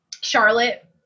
Charlotte